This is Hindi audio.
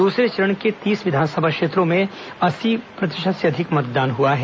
दूसरे चरण के तीस विधानसभा क्षेत्रों में अस्सी प्रतिशत से अधिक मतदान हुआ है